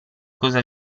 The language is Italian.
cosa